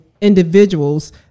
individuals